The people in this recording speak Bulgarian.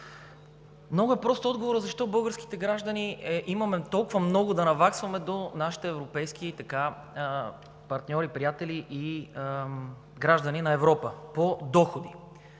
Много е прост отговорът – защо българските граждани имаме толкова много да наваксваме до нашите европейски партньори и приятели, и граждани на Европа по доходи.